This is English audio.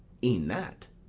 e'en that.